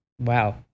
wow